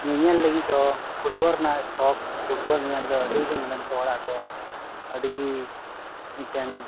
ᱧᱮᱧᱮᱞ ᱞᱟᱹᱜᱤᱫ ᱫᱚ ᱯᱷᱩᱴᱵᱚᱞ ᱨᱮᱱᱟᱜ ᱥᱚᱠᱷ ᱥᱮ ᱯᱷᱩᱴᱵᱚᱞ ᱧᱮᱞ ᱫᱚ ᱟᱹᱰᱤᱜᱮ ᱱᱚᱰᱮᱱ ᱠᱚ ᱦᱚᱲᱟᱜ ᱫᱚ ᱟᱹᱰᱤᱜᱮ ᱢᱤᱫᱴᱟᱝ